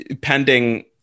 pending